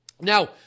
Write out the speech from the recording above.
Now